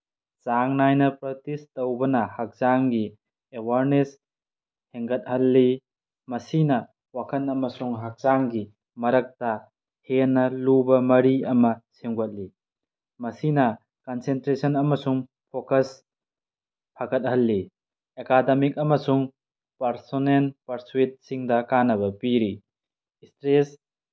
ꯆꯥꯡ ꯅꯥꯏꯅ ꯄ꯭ꯔꯛꯇꯤꯁ ꯇꯧꯕꯅ ꯍꯛꯆꯥꯡꯒꯤ ꯑꯦꯋꯥꯔꯅꯦꯁ ꯍꯦꯟꯒꯠꯍꯜꯂꯤ ꯃꯁꯤꯅ ꯋꯥꯈꯜ ꯑꯃꯁꯨꯡ ꯍꯛꯆꯥꯡꯒꯤ ꯃꯔꯛꯇ ꯍꯦꯟꯅ ꯂꯨꯕ ꯃꯔꯤ ꯑꯃ ꯁꯦꯝꯒꯠꯂꯤ ꯃꯁꯤꯅ ꯀꯟꯁꯦꯟꯇ꯭ꯔꯦꯁꯟ ꯑꯃꯁꯨꯡ ꯐꯣꯀꯁ ꯐꯒꯠꯍꯜꯂꯤ ꯑꯦꯀꯥꯗꯃꯤꯛ ꯑꯃꯁꯨꯡ ꯄꯥꯔꯁꯣꯅꯦꯜ ꯄꯔꯁꯨꯏꯠꯁꯤꯡꯗ ꯀꯥꯅꯕ ꯄꯤꯔꯤ ꯏꯁꯇ꯭ꯔꯦꯁ